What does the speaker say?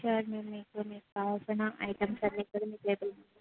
chart మెనూలో మీకు కావలిసిన ఐటెమ్స్ అన్నీ కూడా మీ టేబుల్ మీద